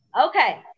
Okay